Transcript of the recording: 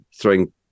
throwing